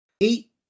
Eight